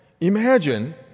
Imagine